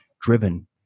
driven